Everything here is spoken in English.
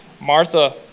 Martha